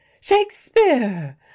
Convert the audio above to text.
Shakespeare